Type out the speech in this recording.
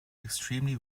extremely